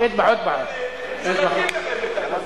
הם שוחטים לכם את החוק